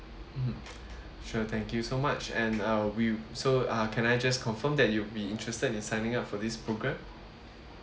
mmhmm sure thank you so much and uh we so uh can I just confirm that you'd be interested in signing up for this programme